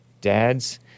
dads